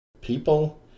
people